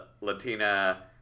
Latina